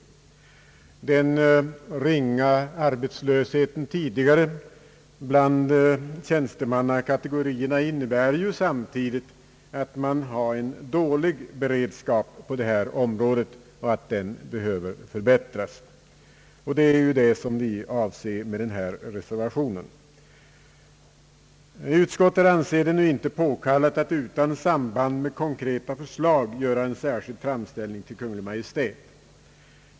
Den ringa arbetslösheten tidigare bland tjänstemannakategorierna innebär ju samtidigt att man har en dålig beredskap på detta område och att den behöver förbättras. Det är det vi avser med denna reservation. Utskottet anser det nu inte påkallat att utan samband med konkreta förslag göra en särskild framställning till Kungl. Maj:t.